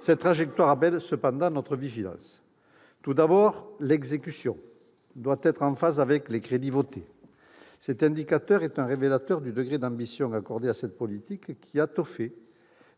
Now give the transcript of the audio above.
Cette trajectoire appelle cependant notre vigilance. Tout d'abord, l'exécution doit être en phase avec les crédits votés. Cet indicateur est révélateur du degré d'ambition accordé à cette politique, qui a tôt fait